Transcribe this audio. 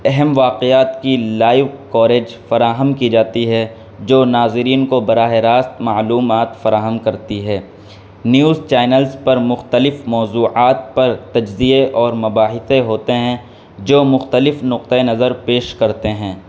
اہم واقعات کی لائیو کوریج فراہم کی جاتی ہے جو ناظرین کو براہ راست معلومات فراہم کرتی ہے نیوز چینلز پر مختلف موضوعات پر تجزیے اور مباحثے ہوتے ہیں جو مختلف نقطہ نظر پیش کرتے ہیں